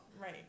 right